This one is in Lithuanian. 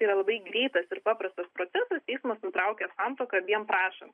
yra labai greitas ir paprastas procesas teismas nutraukia santuoką abiem prašant